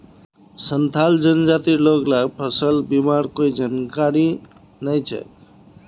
संथाल जनजातिर लोग ला फसल बीमार कोई जानकारी नइ छेक